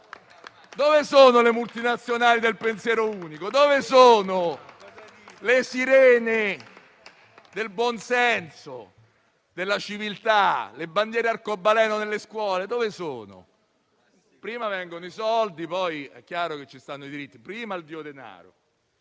Dove sono le multinazionali del pensiero unico? Dove sono le sirene del buon senso e della civiltà, nonché le bandiere arcobaleno nelle scuole? Dove sono? Prima vengono i soldi, poi è chiaro che ci stanno i diritti. Prima il dio denaro.